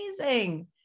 amazing